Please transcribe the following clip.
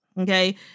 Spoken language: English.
Okay